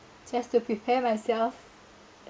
just to prepare myself